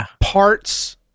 parts